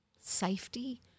safety